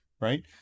right